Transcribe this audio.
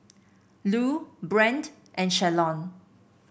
Lue Brent and Shalon